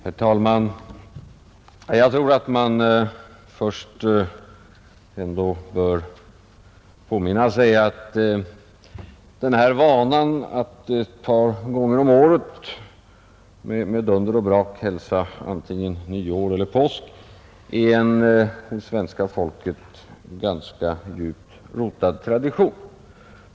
Herr talman! Jag tror att man först bör påminna sig att vanan att ett par gånger om året med dunder och brak hälsa antingen nyår eller påsk är en hos svenska folket ganska djupt rotad tradition.